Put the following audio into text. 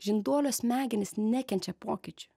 žinduolio smegenys nekenčia pokyčių